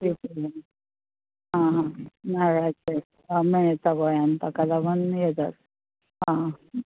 आनी ताका लागून